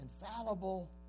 infallible